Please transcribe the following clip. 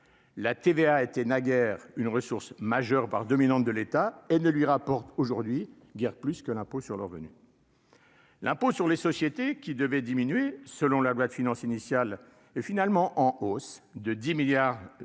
la TVA était naguère une ressource majeure par dominante de l'État et ne lui rapporte aujourd'hui guère plus que l'impôt sur le revenu. L'impôt sur les sociétés qui devait diminuer, selon la loi de finances initiale et finalement en hausse de 10 milliards d'euros